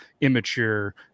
immature